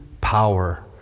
power